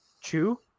chew